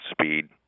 speed